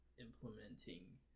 implementing